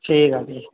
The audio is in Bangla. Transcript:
ঠিক আছে